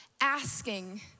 asking